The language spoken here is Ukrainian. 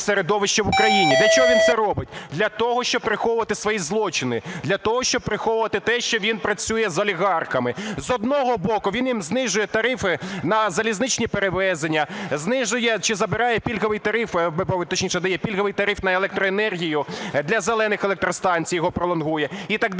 Для того, щоб приховувати свої злочини. Для того, щоб приховувати те, що він працює з олігархами. З одного боку, він їм знижує тарифи на залізничні перевезення, знижує чи забирає пільговий тариф, точніше, дає пільговий тариф на електроенергію для "зелених" електростанцій, його пролонгує і так далі,